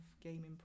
gaming